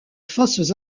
fausses